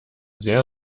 sehr